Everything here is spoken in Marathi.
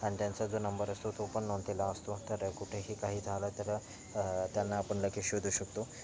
आणि त्यांचा जो नंबर असतो तो पण नोंदलेला असतो तर कुठेही काही झालं तर त्यांना आपण लगेच शोधू शकतो